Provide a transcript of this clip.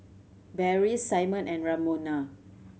Beryl Simon and Ramona